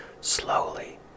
Slowly